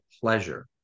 pleasure